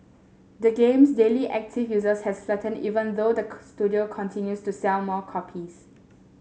the game's daily active users has flattened even though the studio continues to sell more copies